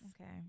Okay